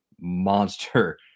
monster